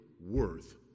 worth